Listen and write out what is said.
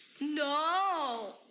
No